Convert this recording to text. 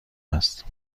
است